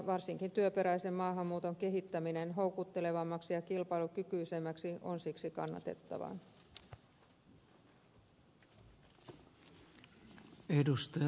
varsinkin työperäisen maahanmuuton kehittäminen houkuttelevammaksi ja kilpailukykyisemmäksi on siksi kannatettavaa